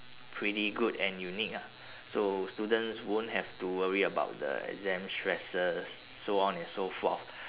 pretty good and unique ah so students won't have to worry about the exam stresses so on and so forth